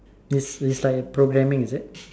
is is like programming is it